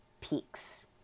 peaks